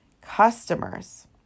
customers